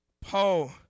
Paul